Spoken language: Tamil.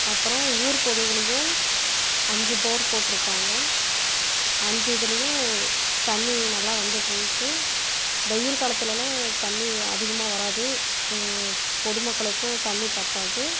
அப்புறம் ஊர் பொதுவுலையும் அஞ்சு போர் போட்டுருக்காங்க அஞ்சு இதுலையும் தண்ணி நல்லா வந்துட்ருந்துச்சு வெயில் காலத்துலல்லாம் தண்ணி அதிகமாக வராது பொதுமக்களுக்கும் தண்ணி பத்தாது